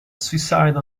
suicide